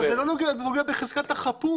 זה לא פוגע בחזקת החפות.